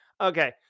Okay